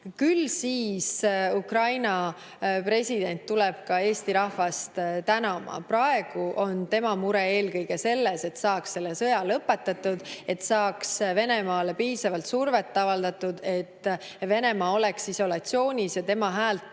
küll siis Ukraina president tuleb ka Eesti rahvast tänama. Praegu on tema mure eelkõige selles, et saaks sõja lõpetatud, et saaks Venemaale piisavalt survet avaldatud, et Venemaa oleks isolatsioonis. Ja tema häält